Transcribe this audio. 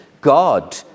God